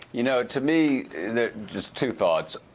you know, to me the just two thoughts.